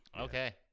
Okay